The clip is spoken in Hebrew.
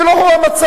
ולא הוא המצב.